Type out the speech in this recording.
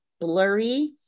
blurry